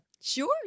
Sure